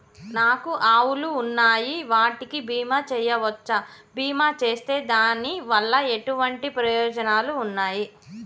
నాకు ఆవులు ఉన్నాయి వాటికి బీమా చెయ్యవచ్చా? బీమా చేస్తే దాని వల్ల ఎటువంటి ప్రయోజనాలు ఉన్నాయి?